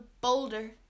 boulder